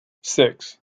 six